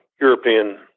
European